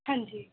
ਹਾਂਜੀ